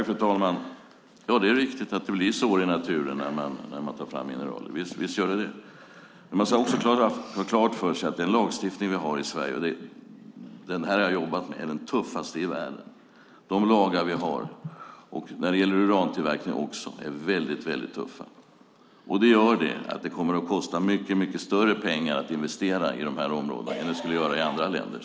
Fru talman! Ja, det är riktigt att det blir sår i naturen när man tar fram mineraler. Men vi ska också ha klart för oss att den lagstiftning vi har i Sverige är den tuffaste i världen. De lagar vi har, också när det gäller urantillverkning, är väldigt tuffa. Det gör att det kommer att kosta mycket mer pengar att investera i dessa områden än det skulle kosta i andra länder.